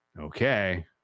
okay